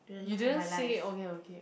you didn't say okay okay